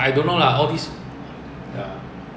caution warning